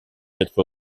être